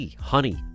honey